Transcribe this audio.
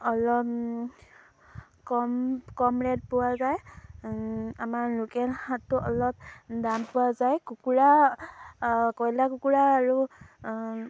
অলপ কম কম ৰেট পোৱা যায় আমাৰ লোকেল হাতটো অলপ দাম পোৱা যায় কুকুৰা কয়লা কুকুৰা আৰু